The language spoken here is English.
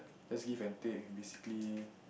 just give and take basically